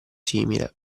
simile